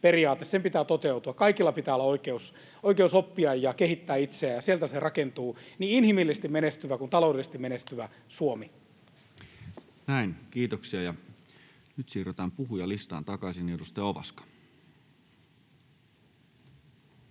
pitää toteutua. Kaikilla pitää olla oikeus oppia ja kehittää itseään, ja sieltä se rakentuu niin inhimillisesti menestyvä kuin taloudellisesti menestyvä Suomi. Näin, kiitoksia. Ja nyt siirrytään puhujalistaan takaisin. — Edustaja Ovaska.